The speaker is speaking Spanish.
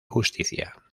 justicia